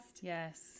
Yes